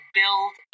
build